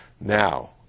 now